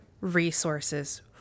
resources